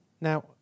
Now